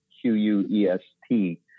Q-U-E-S-T